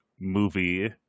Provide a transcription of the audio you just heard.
movie